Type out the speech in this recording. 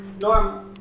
normal